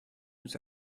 nous